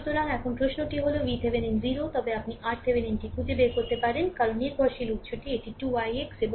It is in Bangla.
সুতরাং এখন প্রশ্নটি হল VThevenin 0 তবে আপনি RThevenin টি খুঁজে বের করতে পারেন কারণ নির্ভরশীল উত্সটি এটি 2 ix এবং এটি ix